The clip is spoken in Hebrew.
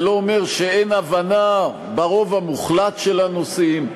זה לא אומר שאין הבנה ברוב המוחלט של הנושאים,